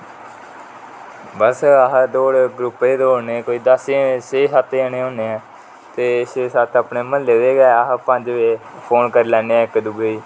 बस अस दौड ग्रुप च दौड़ने कोई दस छै सत जने होने ते छै सत अपने महल्ले दे अस पंज बजे फौन करी ले ने इक दुऐ गी